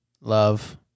Love